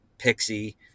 pixie